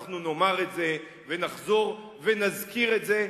אנחנו נאמר את זה ונחזור ונזכיר את זה,